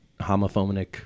homophobic